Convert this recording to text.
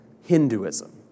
Hinduism